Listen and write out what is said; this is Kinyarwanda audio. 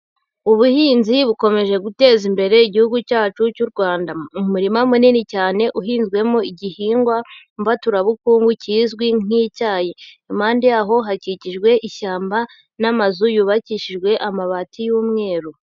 Ubuhinzi bukomeje guteza imbere Igihugu cyacu cy'u Rwanda, umurima munini cyane uhinzwemo igihingwa mbaturabukungu kizwi nk'icyayi; impande yaho hakikijwe ishyamba n'amazu yubakishijwe amabati y'umweru.